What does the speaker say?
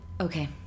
Okay